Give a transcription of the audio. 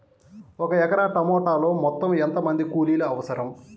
ఒక ఎకరా టమాటలో మొత్తం ఎంత మంది కూలీలు అవసరం?